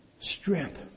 Strength